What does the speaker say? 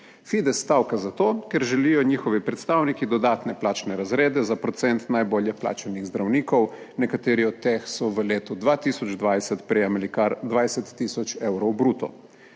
Fides stavka zato, ker želijo njihovi predstavniki dodatne plačne razrede za procent najbolje plačanih zdravnikov, nekateri od teh so v letu 2020 prejemali kar 20 tisoč evrov bruto.